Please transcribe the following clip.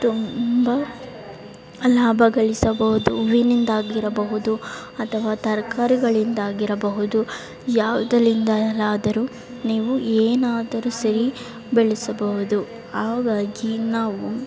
ತುಂಬಾ ಲಾಭಗಳಿಸಬಹುದು ಹೂವಿನಿಂದಾಗಿರಬಹುದು ಅಥವಾ ತರ್ಕಾರಿಗಳಿಂದಾಗಿರಬಹುದು ಯಾವುದಲಿಂದಲಾದರೂ ನೀವು ಏನಾದರು ಸರಿ ಬೆಳೆಸಬಹುದು ಹಾಗಾಗಿ ನಾವು